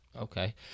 okay